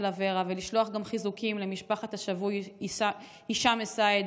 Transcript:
אברה ולשלוח חיזוקים גם למשפחות השבויים הישאם א-סייד,